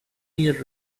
year